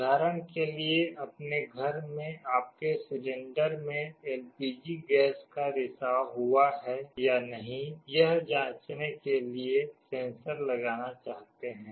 उदाहरण के लिए आप अपने घर में आपके सिलेंडर में एलपीजी गैस का रिसाव हुआ है या नहीं यह जांचने के लिए सेंसर लगाना चाहते हैं